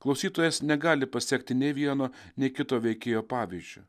klausytojas negali pasiekti nei vieno nei kito veikėjo pavyzdžiui